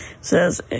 says